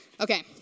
Okay